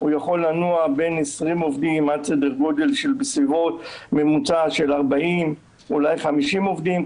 יכול לנוע בין 20 עובדים עד סדר גודל של 40 או 50 עובדים,